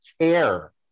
care